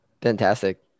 fantastic